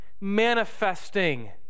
manifesting